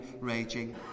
raging